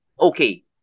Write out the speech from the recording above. okay